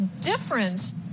different